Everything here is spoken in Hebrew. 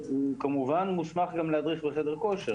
הוא כמובן מוסמך גם להדריך בחדר כושר.